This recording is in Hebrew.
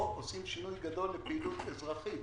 פה עושים שינוי גדול לפעילות אזרחית.